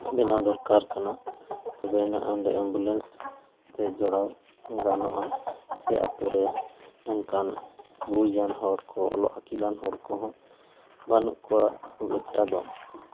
ᱵᱮᱱᱟᱣ ᱫᱚᱨᱠᱟᱨ ᱠᱟᱱᱟ ᱛᱚᱵᱮᱭᱟᱱᱟᱜ ᱚᱸᱰᱮ ᱮᱢᱵᱩᱞᱮᱱᱥ ᱛᱮ ᱡᱚᱲᱟᱣ ᱜᱟᱱᱚᱜᱼᱟ ᱥᱮ ᱟᱹᱛᱩ ᱨᱮ ᱚᱱᱠᱟᱱ ᱵᱩᱡᱽ ᱟᱱ ᱦᱚᱲᱠᱚ ᱚᱞᱚᱜ ᱟᱹᱠᱤᱞᱟᱱ ᱦᱚᱲ ᱠᱚᱦᱚᱸ ᱵᱟᱹᱱᱩᱜ ᱠᱚᱣᱟ ᱠᱷᱩᱵ ᱮᱠᱴᱟ ᱫᱚ